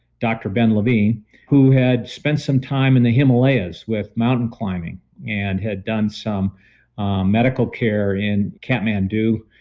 dr. ben levine who had spent some time in the himalayas with mountain climbing and had done some medical care in kathmandu,